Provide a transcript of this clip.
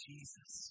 Jesus